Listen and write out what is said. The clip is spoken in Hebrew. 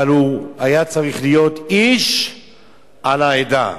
אבל הוא היה צריך להיות "איש על העדה",